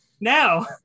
Now